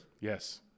Yes